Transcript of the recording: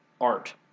art